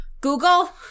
Google